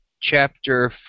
Chapter